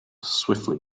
swiftly